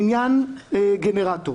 לעניין גנרטור,